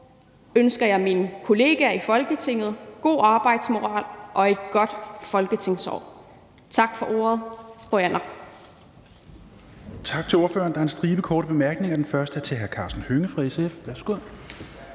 ønsker jeg mine kolleger i Folketinget god arbejdsmoral og et godt folketingsår. Tak for ordet,